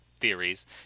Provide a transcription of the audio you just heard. theories